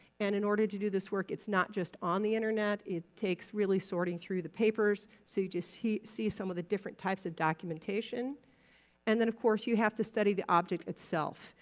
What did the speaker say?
and in order to do this work, it's not just on the internet. it takes really sorting through the papers, so you just see some of the different types of documentation and then of course you have to study the object itself.